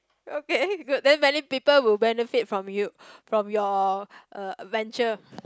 okay good then many people will benefit from you from your uh venture